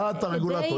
את הרגולטור,